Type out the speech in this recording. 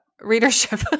readership